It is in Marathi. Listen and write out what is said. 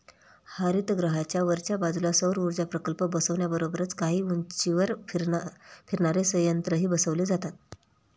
हरितगृहाच्या वरच्या बाजूला सौरऊर्जा प्रकल्प बसवण्याबरोबरच काही उंचीवर फिरणारे संयंत्रही बसवले जातात